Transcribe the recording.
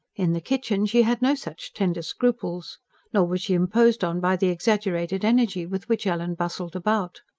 in the kitchen she had no such tender scruples nor was she imposed on by the exaggerated energy with which ellen bustled about.